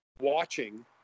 watching